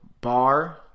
bar